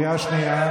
קריאה שנייה.